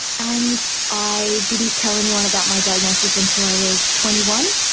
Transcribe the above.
and i didn't tell anyone about my diagnosis until i was twenty one,